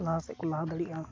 ᱞᱟᱦᱟ ᱥᱮᱫ ᱠᱚ ᱞᱟᱦᱟ ᱫᱟᱲᱮᱜᱼᱟ